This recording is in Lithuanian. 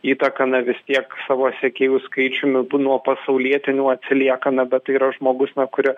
įtaką na vis tiek savo sekėjų skaičiumi bu nuo pasaulietinių atsilieka na bet tai yra žmogus na kurio